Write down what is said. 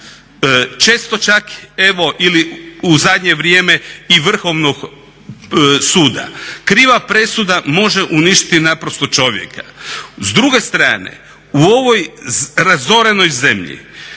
evo ili u zadnje vrijeme i Vrhovnog suda. Kriva presuda može uništiti naprosto čovjeka. S druge strane, u ovoj razorenoj zemlji